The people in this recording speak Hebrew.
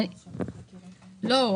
לא,